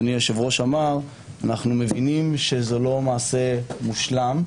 אנו מבינים שזה לא מעשה מושלם.